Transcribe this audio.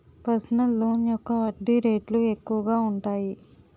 personal loan యొక్క వడ్డీ రేట్లు ఎక్కువగా ఉంటాయి